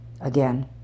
again